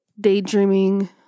daydreaming